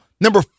Number